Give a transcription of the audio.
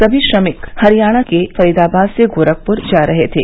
सभी श्रमिक हरियाणा के फरीदाबाद से गोरखपुर जा रहे थे